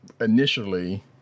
initially